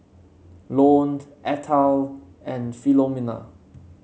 Lone Ethyle and Filomena